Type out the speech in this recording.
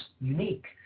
unique